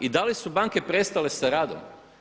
I da li su banke prestale sa radom?